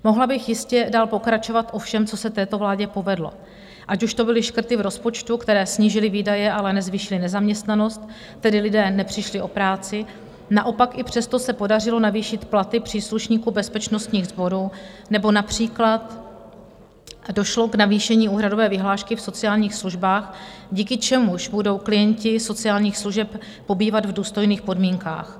Mohla bych jistě dál pokračovat o všem, co se této vládě povedlo, ať už to byly škrty v rozpočtu, které snížily výdaje, ale nezvýšily nezaměstnanost, tedy lidé nepřišli o práci, naopak i přesto se podařilo navýšit platy příslušníků bezpečnostních sborů nebo například došlo k navýšení úhradové vyhlášky v sociálních službách, díky čemuž budou klienti sociálních služeb pobývat v důstojných podmínkách.